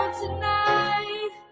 tonight